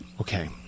Okay